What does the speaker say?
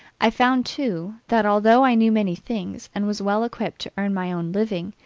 i found, too, that, although i knew many things, and was well equipped to earn my own living,